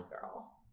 girl